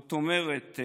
זאת אומרת,